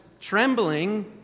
trembling